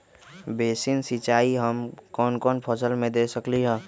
Basin सिंचाई हम कौन कौन फसल में दे सकली हां?